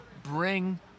bring